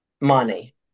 money